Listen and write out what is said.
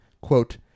quote